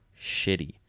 shitty